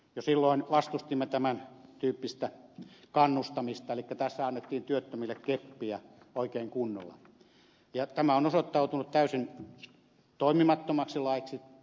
jo silloin vastustimme tämän tyyppistä kannustamista elikkä tässä annettiin työttömille keppiä oikein kunnolla ja tämä on osoittautunut täysin toimimattomaksi laiksi